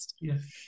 Yes